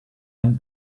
ein